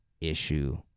issue